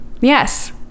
yes